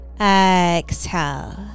Exhale